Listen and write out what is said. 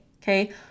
Okay